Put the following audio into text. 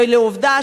ועובדה,